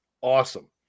awesome